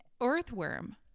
earthworm